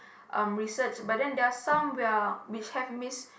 um research but then there are some we are which have mis~